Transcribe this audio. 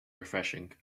refreshing